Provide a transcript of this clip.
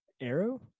arrow